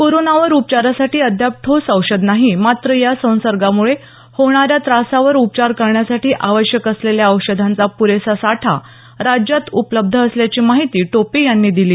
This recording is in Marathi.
कोरोनावर उपचारासाठी अद्याप ठोस औषध नाही मात्र या संसर्गामुळे होणाऱ्या त्रासावर उपचार करण्यासाठी आवश्यक असलेल्या औषधांचा प्रेसा साठा राज्यात उपलब्ध असल्याची माहिती टोपे यांनी दिली